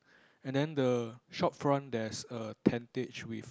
and then the shop front there's a tentage with